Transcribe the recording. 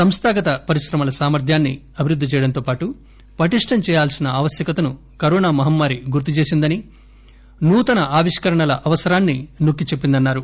సంస్థాగత పరిశ్రమల సామర్థ్యాన్ని అభివృద్ది చేయడంతోపాటు పటిష్టం చేయాల్సిన ఆవశ్యకతను కరోనా మహమ్మారి గుర్తు చేసిందని నూతన ఆవిష్కరణల అవసరాన్ని నొక్కి చెప్పిందన్నారు